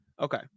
Okay